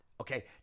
okay